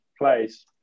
place